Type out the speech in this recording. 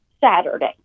Saturday